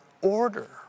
order